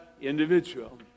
individual